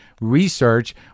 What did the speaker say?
research